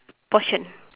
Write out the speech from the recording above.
portion